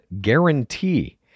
guarantee